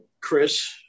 Chris